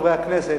חברי הכנסת,